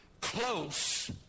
close